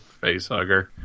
Facehugger